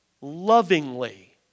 lovingly